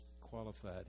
qualified